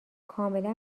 کاملا